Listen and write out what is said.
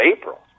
april